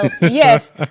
Yes